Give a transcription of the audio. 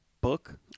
book